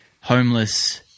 homeless